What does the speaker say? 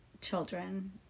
children